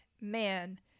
man